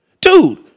Dude